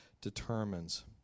determines